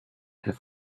have